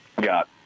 got